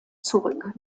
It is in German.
zurück